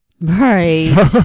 right